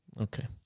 Okay